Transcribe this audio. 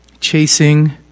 chasing